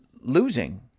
losing